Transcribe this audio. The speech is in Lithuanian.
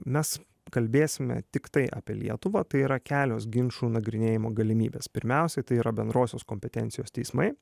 mes kalbėsime tiktai apie lietuvą tai yra kelios ginčų nagrinėjimo galimybės pirmiausia tai yra bendrosios kompetencijos teismai